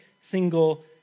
single